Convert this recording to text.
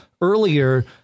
earlier